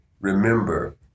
Remember